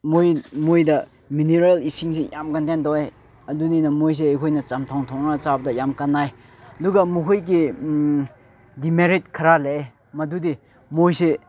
ꯃꯣꯏꯗ ꯃꯤꯅꯔꯦꯜ ꯏꯁꯤꯡꯁꯦ ꯌꯥꯝ ꯀꯟꯇꯦꯟ ꯇꯧꯋꯦ ꯑꯗꯨꯅꯤꯅ ꯃꯣꯏꯁꯦ ꯑꯩꯈꯣꯏꯅ ꯆꯝꯊꯣꯡ ꯊꯣꯡꯉꯒ ꯆꯥꯕꯗ ꯌꯥꯝ ꯀꯥꯟꯅꯩ ꯑꯗꯨꯒ ꯃꯈꯣꯏꯒꯤ ꯗꯤꯃꯦꯔꯤꯠ ꯈꯔ ꯂꯩꯌꯦ ꯃꯗꯨꯗꯤ ꯃꯣꯏꯁꯦ